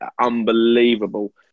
unbelievable